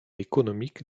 économique